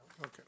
Okay